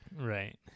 Right